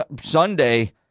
Sunday